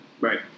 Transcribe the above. Right